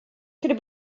could